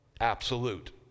absolute